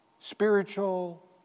Spiritual